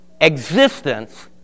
existence